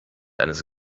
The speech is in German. eines